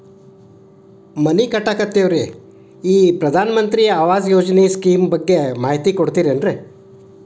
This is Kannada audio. ಮನಿ ಕಟ್ಟಕತೇವಿ ರಿ ಈ ಪ್ರಧಾನ ಮಂತ್ರಿ ಆವಾಸ್ ಯೋಜನೆ ಸ್ಕೇಮ್ ಬಗ್ಗೆ ಮಾಹಿತಿ ಕೊಡ್ತೇರೆನ್ರಿ?